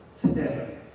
today